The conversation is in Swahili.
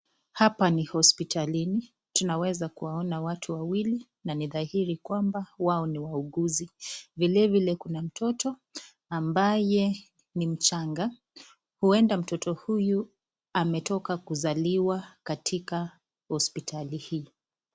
Hapa ni hospitalini. Tunaweza kuwaona watu wawili na ni dhahiri kwamba wao ni wauguzi. Vile vile kuna mtoto ambaye ni mchanga, huenda mtoto huyu ametoka kuzaliwa katika hospitali hii.